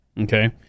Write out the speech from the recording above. Okay